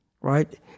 right